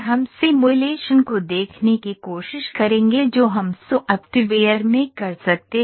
हम सिमुलेशन को देखने की कोशिश करेंगे जो हम सॉफ्टवेयर में कर सकते हैं